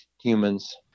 humans